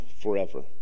forever